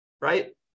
Right